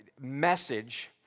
message